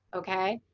okay.